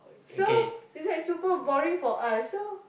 so is that super boring for us so